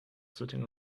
sitting